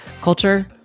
culture